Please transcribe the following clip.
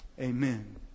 Amen